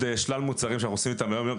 שלל מוצרים שאנחנו עוסקים איתם ביום יום.